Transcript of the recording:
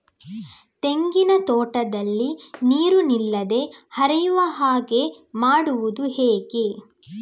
ತೆಂಗಿನ ತೋಟದಲ್ಲಿ ನೀರು ನಿಲ್ಲದೆ ಹರಿಯುವ ಹಾಗೆ ಮಾಡುವುದು ಹೇಗೆ?